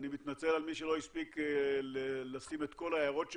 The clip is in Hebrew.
אני מתנצל בפני כל מי שלא הספיק להעלות את כל ההערות שלו,